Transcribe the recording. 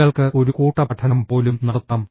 നിങ്ങൾക്ക് ഒരു കൂട്ടപഠനം പോലും നടത്താം